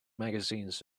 magazines